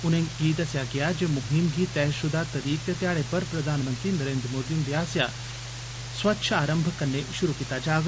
उनेंगी दस्सेया गेया जे मुहीम गी तैहशुदा तरीक ते ध्याड़े पर प्रधानमंत्री नरेन्द्र मोदी हुन्दे आसेया 'स्वच्छ आरम्भ' कन्ने शुरू कीता जाग